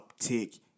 uptick